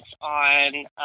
on